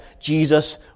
Jesus